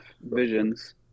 Visions